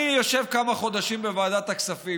אני יושב כמה חודשים בוועדת הכספים.